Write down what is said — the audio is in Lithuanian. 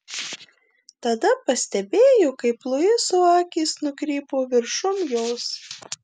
tada pastebėjo kaip luiso akys nukrypo viršum jos